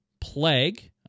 Plague